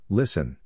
listen